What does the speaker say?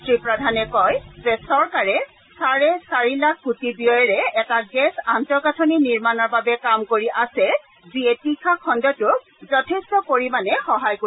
শ্ৰীপ্ৰধানে কয় যে চৰকাৰে চাৰি লাখ কোটি ব্যয়েৰে এটা গেছ আন্তঃগাঁথনি নিৰ্মণৰ বাবে কাম কৰি আছে যিয়ে তীখা খণ্ডটোক যথেষ্ট পৰিমাণে সহায় কৰিব